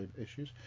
issues